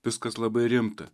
viskas labai rimta